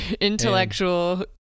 Intellectual